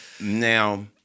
Now